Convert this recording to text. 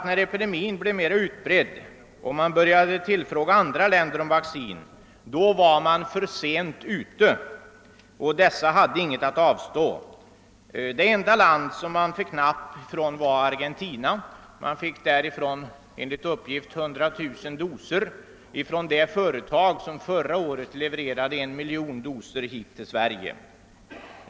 När epidemin blev mera utbredd och man började tillfråga andra länder om vaccin, visade det sig att man var för sent ute. Dessa länder hade inget att avstå. Det enda land där man fick napp var Argentina. Enligt uppgift inköptes 100 000 doser från det företag i Argentina, som förra året levererade en miljon doser hit till Sverige.